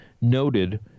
noted